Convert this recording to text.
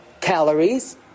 calories